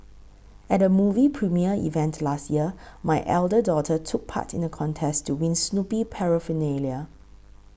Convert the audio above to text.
at a movie premiere event last year my elder daughter took part in a contest to win Snoopy paraphernalia